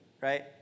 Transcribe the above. Right